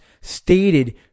stated